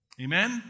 Amen